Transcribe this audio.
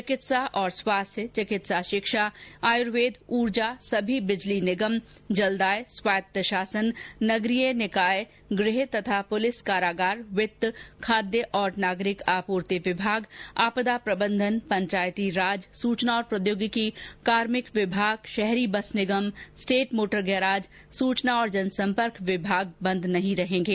चिकित्सा और स्वास्थ्य चिकित्सा शिक्षा आयुर्वेद ऊर्जा सभी विद्युत निगम जलदाय स्वायत्त शासन नगरीय निकाय गृह तथा पुलिस कारागार वित्त खाद्य और नागरिक आपूर्ति विभाग आपदा प्रबंधन पंचायती राज सूचना और प्रौद्योगिकी कार्मिक विभाग शहरी बस निगम स्टेट मोटर गैराज सूचना और जन सम्पर्क विभाग बंद नहीं रहेंगे